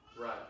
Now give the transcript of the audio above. Right